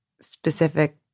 specific